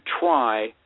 try